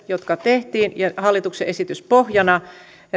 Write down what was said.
jotka tehtiin hallituksen esitys pohjana